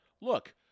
look